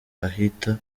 ahita